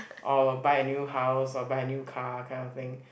or buy a new house or buy a new car kind of thing